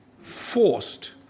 forced